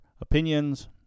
opinions